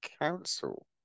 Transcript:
Council